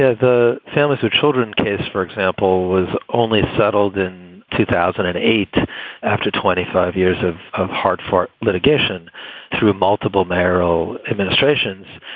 ah the families with children case, for example, was only settled in two thousand and eight after twenty five years of of hard fought litigation through a multiple mayoral administrations.